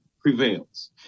prevails